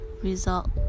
result